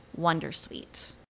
Wondersuite